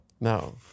No